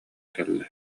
кэллэ